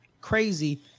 Crazy